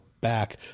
back